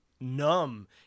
numb